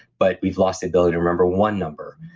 but we've lost the ability to remember one number,